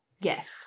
Yes